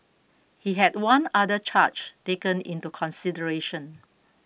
he had one other charge taken into consideration